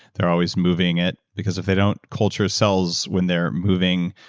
they're always moving it, because if they don't culture cells when they're moving,